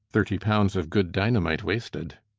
thirty pounds of good dynamite wasted.